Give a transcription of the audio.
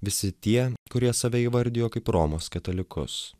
visi tie kurie save įvardijo kaip romos katalikus